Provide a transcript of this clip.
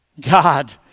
God